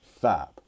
fab